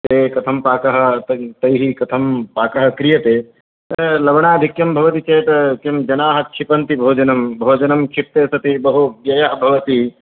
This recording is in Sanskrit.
ते कथं पाकः त् तैः कथं पाकः क्रियते लवणाधिक्यं भवति चेत् किं जनाः क्षिपन्ति भोजनं भोजनं क्षिप्ते तत्र बहु व्ययः भवति